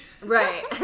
right